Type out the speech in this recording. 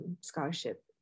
scholarship